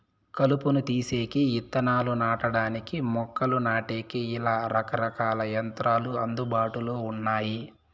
కలుపును తీసేకి, ఇత్తనాలు నాటడానికి, మొక్కలు నాటేకి, ఇలా రకరకాల యంత్రాలు అందుబాటులో ఉన్నాయి